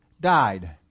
died